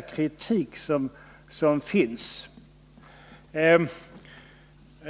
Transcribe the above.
kritiken på detta område.